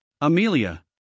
Amelia